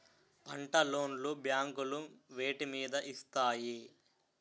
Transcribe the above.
పంట లోన్ లు బ్యాంకులు వేటి మీద ఇస్తాయి?